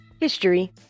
history